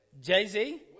Jay-Z